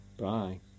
Bye